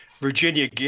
Virginia